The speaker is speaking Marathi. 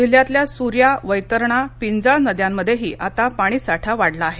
जिल्ह्यातल्या सूर्या वैतरणा पिंजाळ नद्यांमध्येही आता पाणी साठा वाढला आहे